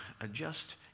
adjust